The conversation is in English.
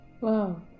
Wow